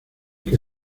que